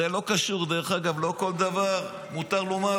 זה לא קשור, לא כל דבר מותר לומר.